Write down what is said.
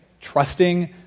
trusting